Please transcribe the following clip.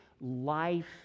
life